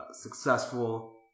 successful